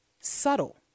subtle